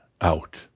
out